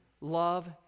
love